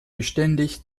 beständig